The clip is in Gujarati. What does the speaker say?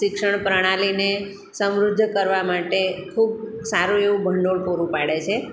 શિક્ષણ પ્રણાલીને સમૃદ્ધ કરવા માટે ખૂબ સારું એવું ભંડોળ પૂરું પાડે છે